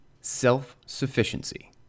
Self-Sufficiency